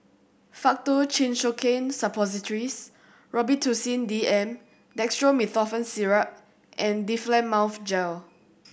Faktu Cinchocaine Suppositories Robitussin D M Dextromethorphan Syrup and Difflam Mouth Gel